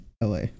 LA